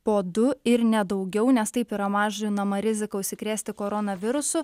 po du ir ne daugiau nes taip yra mažinama rizika užsikrėsti koronavirusu